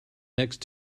next